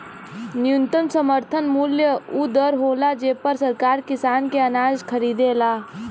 न्यूनतम समर्थन मूल्य उ दर होला जेपर सरकार किसान के अनाज खरीदेला